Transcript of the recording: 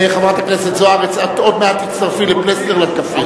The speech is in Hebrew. חברת הכנסת זוארץ, עוד מעט תצטרפי לפלסנר לקפה.